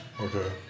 Okay